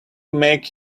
make